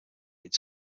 its